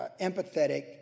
empathetic